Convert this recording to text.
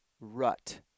rut